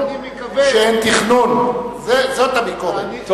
זו הביקורת.